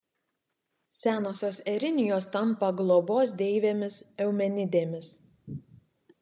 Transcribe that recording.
senosios erinijos tampa globos deivėmis eumenidėmis